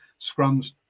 scrums